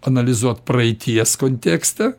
analizuot praeities kontekstą